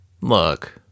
Look